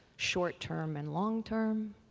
short-term and long-term,